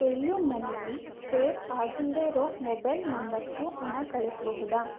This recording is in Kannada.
ಪೇ ಯು ಮನಿಲಿ ಸೇವ್ ಆಗಿಲ್ಲದೆ ಇರೋ ಮೊಬೈಲ್ ನಂಬರ್ಸ್ಗೂ ಹಣ ಕಳಿಸ್ಬೋದ